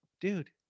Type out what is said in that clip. dude